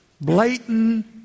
blatant